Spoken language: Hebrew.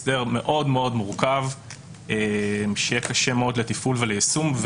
הסדר מאוד מאוד מורכב שיהיה קשה מאוד לתפעול וליישום.